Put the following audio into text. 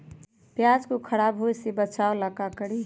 प्याज को खराब होय से बचाव ला का करी?